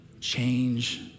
Change